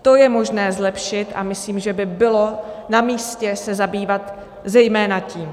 To je možné zlepšit a myslím si, že by bylo namístě se zabývat zejména tím.